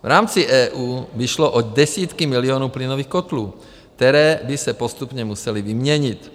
V rámci EU by šlo o desítky milionů plynových kotlů, které by se postupně musely vyměnit.